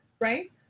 right